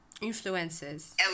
Influences